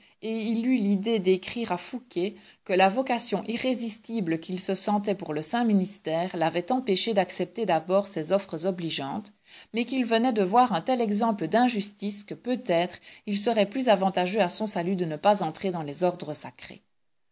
et il eut l'idée d'écrire à fouqué que la vocation irrésistible qu'il se sentait pour le saint ministère l'avait empêché d'accepter d'abord ses offres obligeantes mais qu'il venait de voir un tel exemple d'injustice que peut-être il serait plus avantageux à son salut de ne pas entrer dans les ordres sacrés